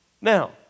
Now